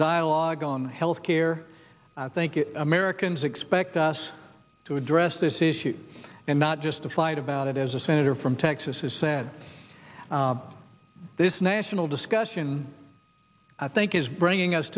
dialogue on health care i think americans expect us to address this issue and not just a fight about it as a senator from texas has said this national discussion i think is bringing us